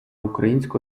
українську